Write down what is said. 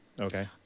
Okay